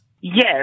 Yes